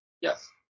Yes